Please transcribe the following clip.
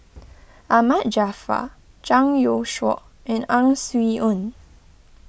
Ahmad Jaafar Zhang Youshuo and Ang Swee Aun